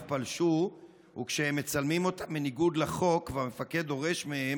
פלשו כשהם מצלמים אותם בניגוד לחוק וכשהמפקד דורש מהם,